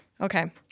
Okay